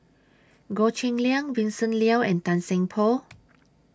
Goh Cheng Liang Vincent Leow and Tan Seng Poh